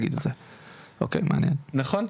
שווה לראות את זה.